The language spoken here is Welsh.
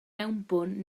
mewnbwn